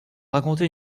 raconter